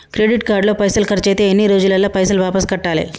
Credit card లో పైసల్ ఖర్చయితే ఎన్ని రోజులల్ల పైసల్ వాపస్ కట్టాలే?